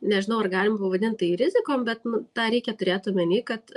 nežinau ar galim pavadint tai rizikom bet nu tą reikia turėt omeny kad